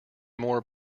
more